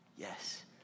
Yes